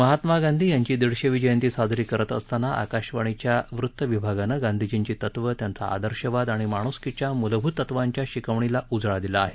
महात्मा गांधी यांची दीडशेवी जयंती साजरी करत असताना आकाशवाणीच्या वृत्त विभागानं गांधीजींची तत्व त्यांचा आदर्शवाद आणि माणुसकीच्या मूलभूत तत्वांच्या शिकवणीला उजाळा दिला आहे